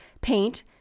paint